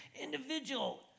individual